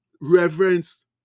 reverence